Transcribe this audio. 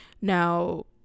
Now